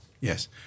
Yes